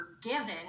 forgiven